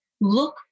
look